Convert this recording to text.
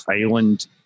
Island